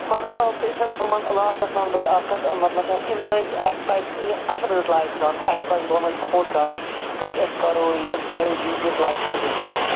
مطلَب بیٚیہِ ییٚمہِ ساتہٕ بہٕ وَنہٕ لاسٹَس ونہٕ بہٕ تۄہہِ اَکھ کتھ مَطلَب اَمہِ سٍتۍ اَسہِ پَزِ یہِ اَصٕل پٲٹھۍ یوٗٹِلایز کَرُن اَسہِ پَزِ گورمِنٛٹ سَپورٹ کَرُن تاکہِ أسۍ کَرو یہِ فایِو جی یوٗٹِلایز ہر کُنہِ جایہِ